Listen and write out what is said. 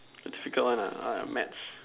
difficult one ah ah maths